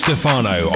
Stefano